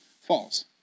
falls